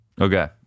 Okay